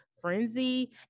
frenzy